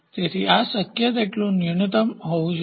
તેથી આ શક્ય તેટલું ન્યૂનતમ હોવું જોઈએ